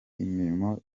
imirimo